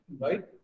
right